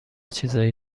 چیزای